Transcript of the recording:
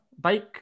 bike